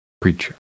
preacher